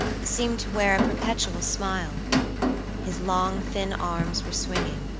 seemed to wear a perpetual smile his long thin arms were swinging,